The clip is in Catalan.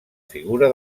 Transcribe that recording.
figura